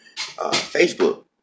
Facebook